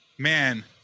Man